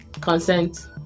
consent